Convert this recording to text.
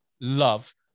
love